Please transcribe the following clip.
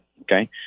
Okay